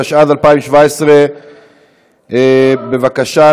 התשע"ז 2017. בבקשה,